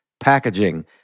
packaging